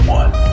one